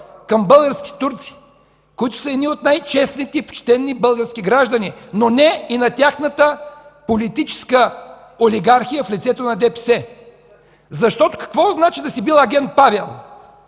към българските турци, които са едни от най-честните и почтени български граждани, но не и на тяхната политическа олигархия в лицето на ДПС. (Реплика от народния представител